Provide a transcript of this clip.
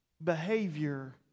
Behavior